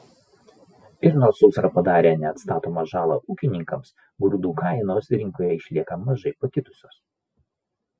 ir nors sausra padarė neatstatomą žalą ūkininkams grūdų kainos rinkoje išlieka mažai pakitusios